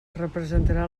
representarà